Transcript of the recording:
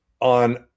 on